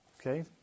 Okay